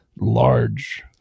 large